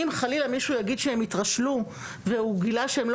אם חלילה מישהו יגיד שהם יתרשלו והוא גילה שהם לא